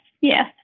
yes